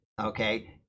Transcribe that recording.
Okay